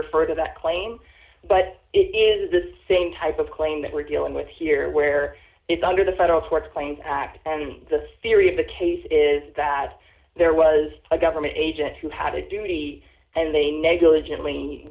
refer to that claim but it is the same type of claim that we're dealing with here where it's under the federal courts playing act and the theory of the case is d that there was a government agent who had a duty and they negligent